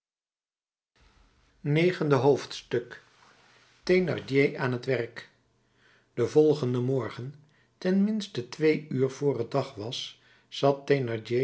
negende hoofdstuk thénardier aan t werk den volgenden morgen ten minste twee uur vr het dag was zat